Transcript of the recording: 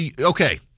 Okay